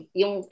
yung